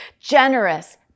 generous